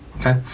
Okay